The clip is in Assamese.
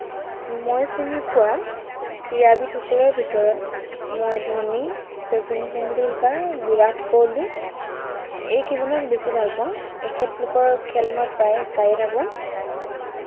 মই চিনি পোৱা ক্ৰীড়াবিদসকলৰ ভিতৰত মই ধোনী শচীন টেণ্ডুলকাৰ বিৰাট কোহলি এইকেইজনক বেছি ভাল পাওঁ এখেতলোকৰ খেল মই প্ৰায়েই চাইয়ে থাকোঁ